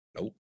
Nope